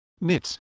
knits